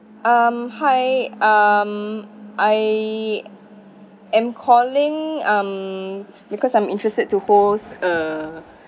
um hi um I am calling um because I'm interested to holds a